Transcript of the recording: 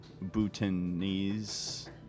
Bhutanese